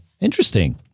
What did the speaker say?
interesting